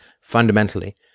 fundamentally